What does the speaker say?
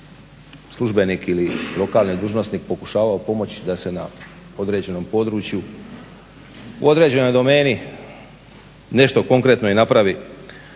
službenik ili lokalni dužnosnik pokušavao pomoći da se na određenom području u određenoj domeni nešto konkretno i napravi.